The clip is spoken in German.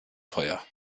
feuer